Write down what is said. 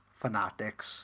fanatics